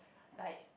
like